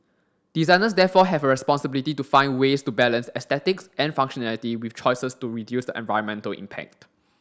designers therefore have a responsibility to find ways to balance aesthetics and functionality with choices to reduce the environmental impact